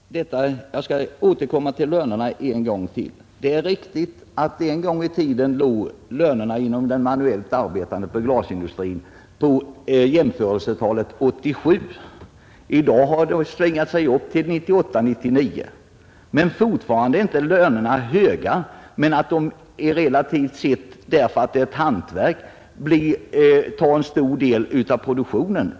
Herr talman! Jag skall återkomma till lönerna ännu en gång. Det är riktigt att lönerna inom den manuellt arbetande glasindustrin en gång i tiden låg på jämförelsetalet 87. I dag har de svingat sig upp till 98—99, men fortfarande är inte lönerna höga. Det är emellertid ganska självklart att de relativt sett — därför att det rör sig om hantverk — tar en stor andel av vinsten.